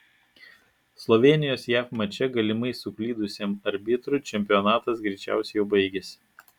slovėnijos jav mače galimai suklydusiam arbitrui čempionatas greičiausiai jau baigėsi